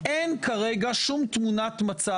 אולי קיבלו את מה שהצעת, תתאפק.